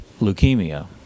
leukemia